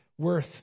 Worth